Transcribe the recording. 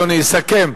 אדוני, סכם.